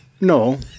No